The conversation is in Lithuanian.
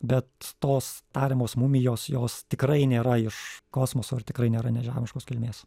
bet tos tariamos mumijos jos tikrai nėra iš kosmoso ir tikrai nėra nežemiškos kilmės